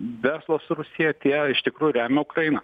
verslas su rusija atėjo iš tikrųjų remia ukrainą